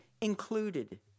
included